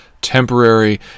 temporary